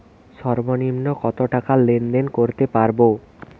সর্বনিম্ন কত টাকা লেনদেন করতে পারবো?